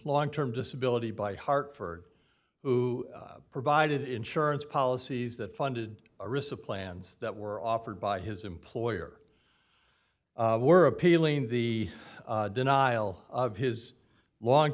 long term disability by hartford who provided insurance policies that funded a risk of plans that were offered by his employer were appealing the denial of his long